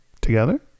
together